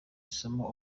isomo